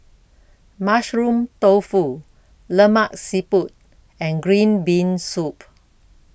Mushroom Tofu Lemak Siput and Green Bean Soup